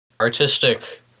artistic